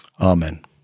Amen